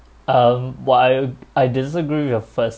um well I I disagree with your first